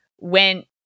went